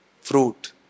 fruit